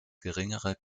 geringere